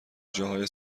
جاهای